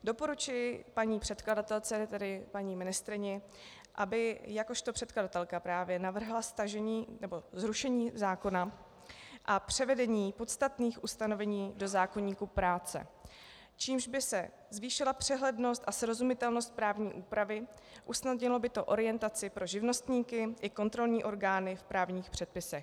Doporučuji paní předkladatelce, tedy paní ministryni, aby jakožto předkladatelka právě navrhla zrušení zákona a převedení podstatných ustanovení do zákoníku práce, čímž by se zvýšila přehlednost a srozumitelnost právní úpravy, usnadnilo by to orientaci pro živnostníky i kontrolní orgány v právních předpisech.